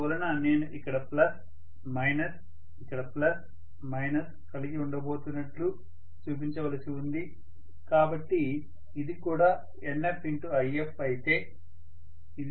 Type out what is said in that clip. అందువల్ల నేను ఇక్కడ ప్లస్ మైనస్ ఇక్కడ ప్లస్ మైనస్ కలిగి ఉండబోతున్నట్లు చూపించవలసి ఉంది కాబట్టి ఇది కూడా NfIf అయితే ఇది కూడా NfIf